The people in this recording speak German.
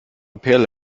perle